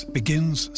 begins